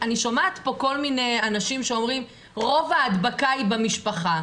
אני שומעת פה כל מיני אנשים שאומרים: רוב ההדבקה היא במשפחה.